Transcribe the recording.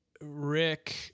Rick